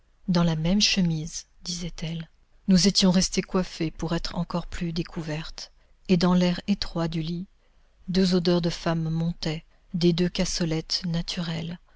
dans la même chemise disait-elle nous étions restées coiffées pour être encore plus découvertes et dans l'air étroit du lit deux odeurs de femmes montaient des deux cassolettes naturelles